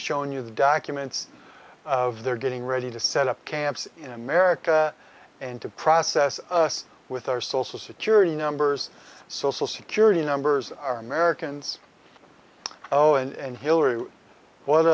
shown you the documents of their getting ready to set up camps in america and to process with our social security numbers social security numbers are americans oh and hilary what